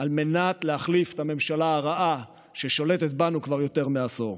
על מנת להחליף את הממשלה הרעה ששולטת בנו כבר יותר מעשור.